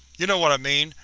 you know what i mean,